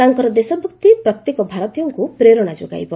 ତାଙ୍କର ଦେଶଭକ୍ତି ପ୍ରତ୍ୟେକ ଭାରତୀୟଙ୍କୁ ପ୍ରେରଣା ଯୋଗାଇବ